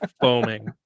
foaming